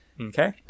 Okay